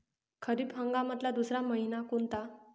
खरीप हंगामातला दुसरा मइना कोनता?